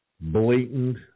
blatant